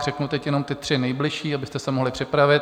Řeknu teď jenom ty tři nejbližší, abyste se mohli připravit.